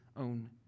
own